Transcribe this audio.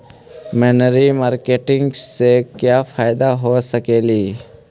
मनरी मारकेटिग से क्या फायदा हो सकेली?